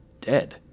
dead